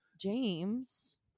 James